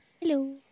Hello